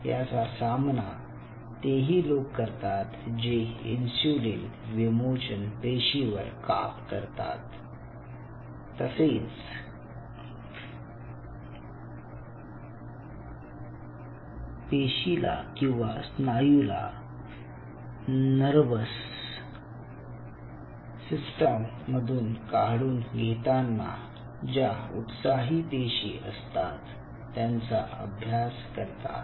याचा सामना तेही लोक करतात जे इन्सुलिन विमोचन पेशी वर काम करतात तसेच पेशीला किंवा स्नायूला नर्वस सिस्टम मधून काढून घेताना ज्या उत्साही पेशी असतात त्यांचा अभ्यास करतात